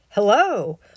Hello